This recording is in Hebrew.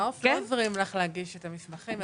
מעוף לא עוזרים לך להגיש את המסמכים.